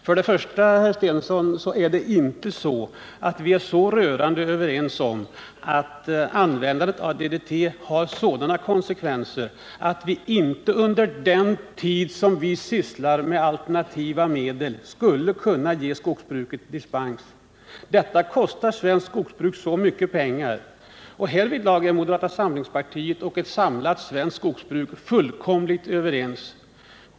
Först och främst, herr Stensson, är vi inte så rörande överens om att användandet av DDT har sådana konsekvenser att vi inte under den tid som vi sysslar med alternativa medel skulle kunna ge skogsbruket dispens. Detta kostar dock svenskt skogsbruk mycket pengar. Härvidlag är moderata samlingspartiet och ett samlat svenskt skogsbruk fullkomligt överens.